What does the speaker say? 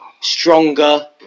Stronger